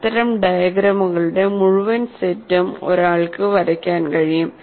അത്തരം ഡയഗ്രാമുകളുടെ മുഴുവൻ സെറ്റും ഒരാൾക്ക് വരയ്ക്കാൻ കഴിയും